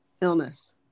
illness